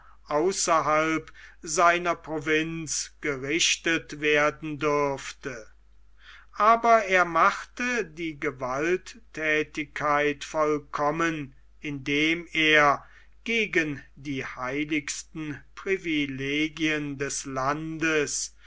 außerhalb seiner provinz gerichtet werden dürfte aber er machte die gewaltthätigkeit vollkommen indem er gegen die heiligsten privilegien des landes